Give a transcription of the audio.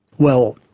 well,